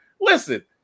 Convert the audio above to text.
listen